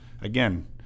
again